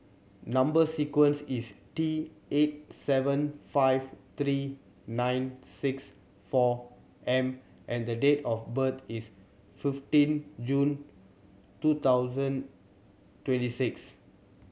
number sequence is T eight seven five three nine six four M and the date of birth is fifteen June two thousand twenty six